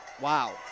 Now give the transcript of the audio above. wow